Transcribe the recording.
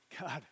God